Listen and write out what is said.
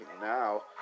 now